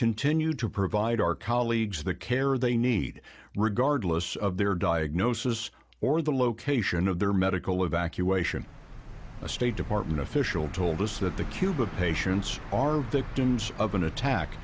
continue to provide our colleagues the care they need regardless of their diagnosis or the location of their medical evacuation a state department official told us that the cuba patients are victims of an attack